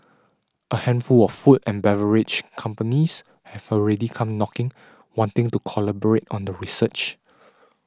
a handful of food and beverage companies have already come knocking wanting to collaborate on the research